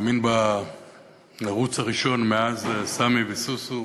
מאמין בערוץ הראשון מאז "סמי וסוסו",